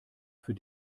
für